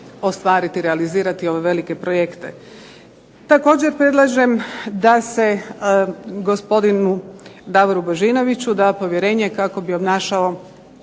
ostvariti, realizirati ove velike projekte. Također predlažem da se gospodinu Davoru Božinoviću da povjerenje kako bi obnašao